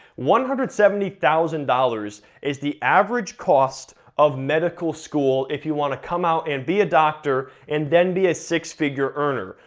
one hundred and seventy thousand dollars is the average cost of medical school if you wanna come out and be a doctor and then be a six figure earner.